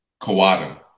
Kawada